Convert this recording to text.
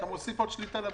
זה מוסיף עוד שליטה לבנק,